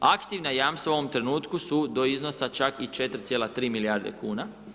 Aktivna jamstva u ovom trenutku su do iznosa čak 4,3 milijarde kn.